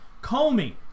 Comey